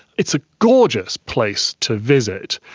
it's a gorgeous place to visit.